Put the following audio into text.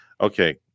Okay